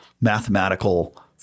mathematical